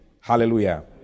Hallelujah